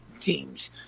teams